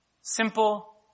Simple